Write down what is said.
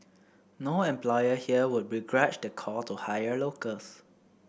no employer here would begrudge the call to hire locals